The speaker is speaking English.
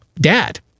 Dad